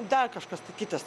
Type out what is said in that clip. dar kažkas kitas